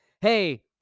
hey